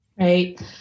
Right